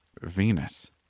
Venus